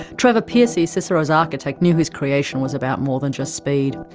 trevor pearcey, cicero's architect, knew his creation was about more than just speed.